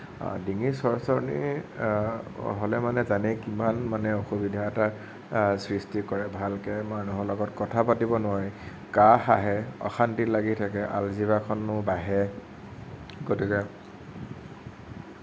ডিঙিৰ চৰচৰনি হ'লে জানেই কিমান মানে অসুবিধা এটা সৃষ্টি কৰে ভালকে মানুহৰ লগত কথা পাতিব নোৱাৰি কাঁহ আহে অশান্তি লাগি থাকে আলজিভাখনো বাঢ়ে গতিকে